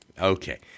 Okay